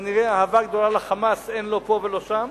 כנראה אהבה גדולה ל"חמאס" אין לא פה ולא שם.